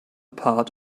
part